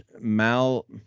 Mal